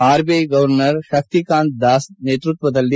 RBI governor Shaktikanta Das ನೇತೃತ್ವದಲ್ಲಿ